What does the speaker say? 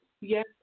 yes